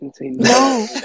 No